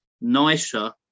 nicer